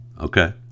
okay